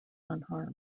unharmed